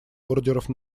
ордеров